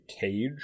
cage